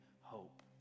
hope